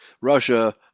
Russia